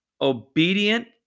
obedient